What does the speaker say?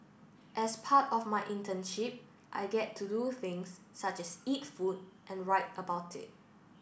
as part of my internship I get to do things such as eat food and write about it